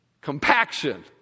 compaction